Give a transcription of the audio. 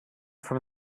from